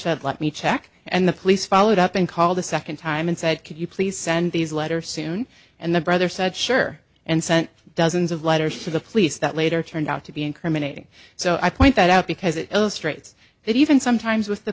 said let me check and the police followed up and called a second time and said could you please send these letters soon and the brother said sure and sent dozens of letters to the police that later turned out to be incriminating so i point that out because it illustrates that even sometimes with the